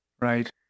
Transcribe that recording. Right